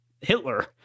Hitler